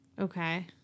Okay